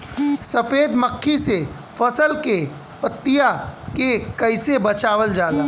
सफेद मक्खी से फसल के पतिया के कइसे बचावल जाला?